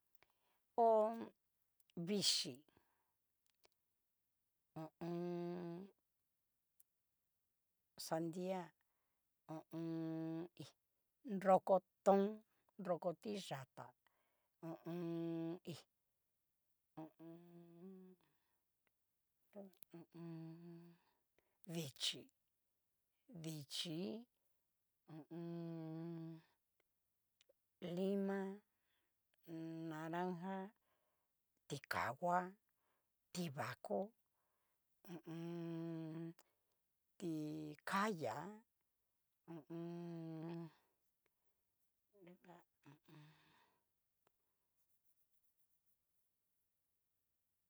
Ho vixhí ho o on. sandia, ho o on. hi roko tón, roko tiyata, ho o on. hi ho o on. ruguan ho o on. dichi, dichi'i, hu u un. lima, naranja, tikahua tivako, hu u un., ti kayá, hu u un. nrugua hu u un.